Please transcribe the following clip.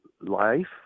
life